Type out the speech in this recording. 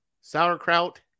sauerkraut